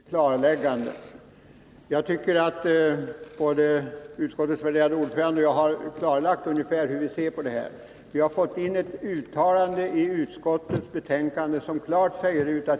Herr talman! Inlägget från Olle Westberg i Hofors fordrar ett klarläggande. Både utskottets värderade ordförande och jag har klarlagt hur vi ser det här. Vi har skrivit in ett uttalande i utskottets betänkande, som klart säger ut a ".